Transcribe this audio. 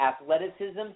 athleticism